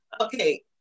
okay